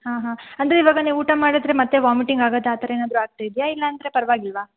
ಹಾಂ ಹಾಂ ಅಂದರೆ ಇವಾಗ ನೀವು ಊಟ ಮಾಡಿದ್ರೆ ಮತ್ತೆ ವಾಮಿಟಿಂಗ್ ಆಗೋದ್ ಆ ಥರ ಏನಾದ್ರೂ ಆಗ್ತಾ ಇದೆಯಾ ಇಲ್ಲಾಂದರೆ ಪರವಾಗಿಲ್ವಾ